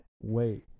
wait